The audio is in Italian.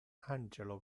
angelo